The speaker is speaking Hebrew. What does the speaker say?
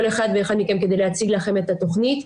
אחד ואחד מכם כדי להציג לכם את התוכנית.